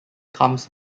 comes